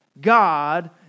God